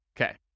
Okay